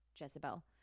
Jezebel